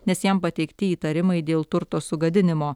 nes jam pateikti įtarimai dėl turto sugadinimo